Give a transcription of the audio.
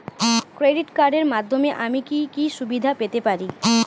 Credit কার্ডের মাধ্যমে আমি কি কি সুবিধা পেতে পারি?